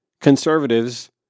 conservatives